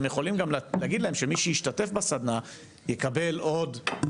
הם יכולים גם להגיד להם שמי שישתתף בסדנה יקבל עוד,